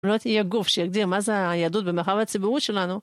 לא תהיה גוף שיגדיר מה זה היהדות במרחב הציבורי שלנו.